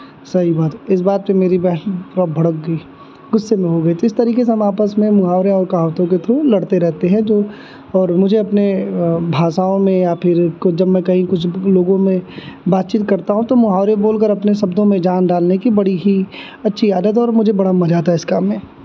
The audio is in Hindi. सही बात है इस बात पे मेरी बहन थोड़ा भड़क गई गुस्से में हो गई थी इस तरीके से हम आपस में मुहावरे और कहावतों के थ्रू लड़ते रहते हैं जो और मुझे अपने भाषाओं में या फिर काे जब मैं कहीं कुछ लोगों में बातचीत करता हूँ तो मुहावरे बोलकर अपने शब्दों में जान डालने की बड़ी ही अच्छी आदत है और मुझे बड़ा मज़ा आता है इस काम में